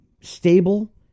stable